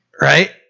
Right